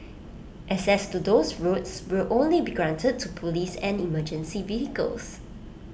access to those roads will only be granted to Police and emergency vehicles